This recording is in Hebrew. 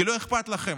כי לא אכפת לכם.